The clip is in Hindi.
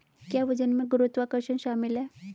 क्या वजन में गुरुत्वाकर्षण शामिल है?